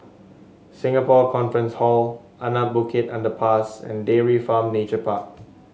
Singapore Conference Hall Anak Bukit Underpass and Dairy Farm Nature Park